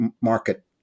market